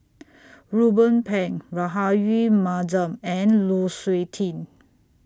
Ruben Pang Rahayu Mahzam and Lu Suitin